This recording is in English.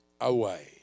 away